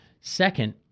Second